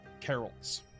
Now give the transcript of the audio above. carols